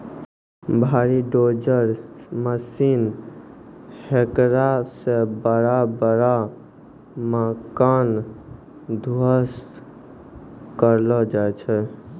भारी डोजर मशीन हेकरा से बड़ा बड़ा मकान ध्वस्त करलो जाय छै